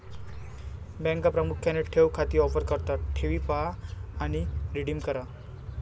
बँका प्रामुख्याने ठेव खाती ऑफर करतात ठेवी पहा आणि रिडीम करा